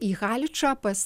į haličą pas